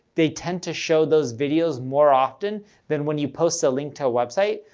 they tend to show those videos more often than when you post a link to a website.